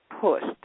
pushed